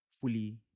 fully